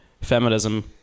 Feminism